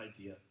idea